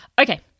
Okay